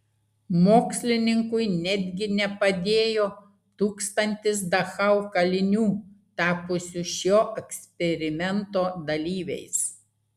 mokslininkui netgi nepadėjo tūkstantis dachau kalinių tapusių šio eksperimento dalyviais